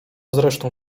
zresztą